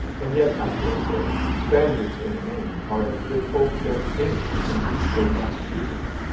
and yet, i dare say, spaniards in the main are as good folks as any in duxbury, massachusetts.